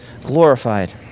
glorified